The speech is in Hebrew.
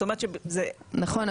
נכון,